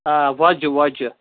آ وۄزجہِ وۄزجہِ